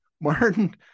Martin